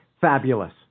Fabulous